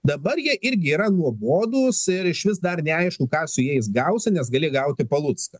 dabar jie irgi yra nuobodūs ir išvis dar neaišku ką su jais gausi nes gali gauti palucką